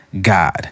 God